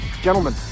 Gentlemen